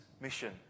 mission